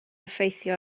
effeithio